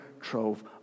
trove